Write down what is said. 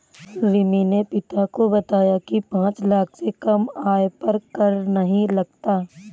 रिमी ने पिता को बताया की पांच लाख से कम आय पर कर नहीं लगता